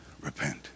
repent